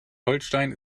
holstein